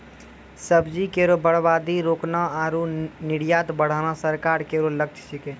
सब्जी केरो बर्बादी रोकना आरु निर्यात बढ़ाना सरकार केरो लक्ष्य छिकै